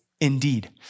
indeed